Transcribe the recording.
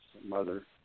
mother